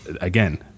again –